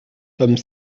tome